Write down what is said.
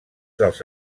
dels